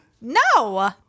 No